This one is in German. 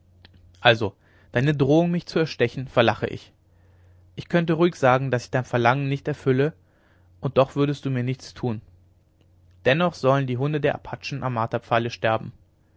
also deine drohung mich zu erstechen verlache ich ich könnte ruhig sagen daß ich dein verlangen nicht erfülle und doch würdest du mir nichts tun dennoch sollen die hunde der apachen nicht am marterpfahle sterben